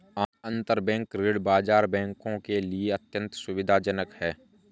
अंतरबैंक ऋण बाजार बैंकों के लिए अत्यंत सुविधाजनक है